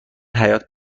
حیاط